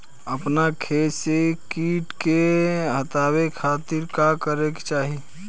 अपना खेत से कीट के हतावे खातिर का करे के चाही?